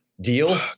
deal